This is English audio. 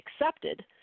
accepted